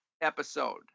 Episode